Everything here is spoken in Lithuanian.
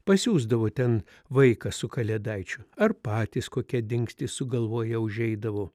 pasiųsdavo ten vaiką su kalėdaičiu ar patys kokią dingstį sugalvoję užeidavo